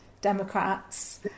democrats